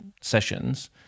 sessions